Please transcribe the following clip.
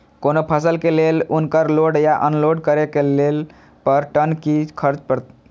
कोनो फसल के लेल उनकर लोड या अनलोड करे के लेल पर टन कि खर्च परत?